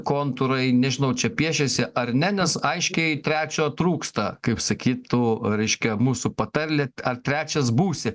kontūrai nežinau čia piešėsi ar ne nes aiškiai trečio trūksta kaip sakytų reiškia mūsų patarlė ar trečias būsi